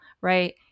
Right